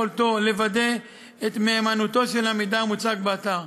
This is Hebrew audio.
יכולתו לוודא את מהימנותו של המידע המוצג באתר.